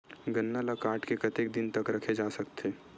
गन्ना ल काट के कतेक दिन तक रखे जा सकथे?